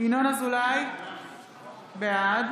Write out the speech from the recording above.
ינון אזולאי, בעד